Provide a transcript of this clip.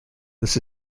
this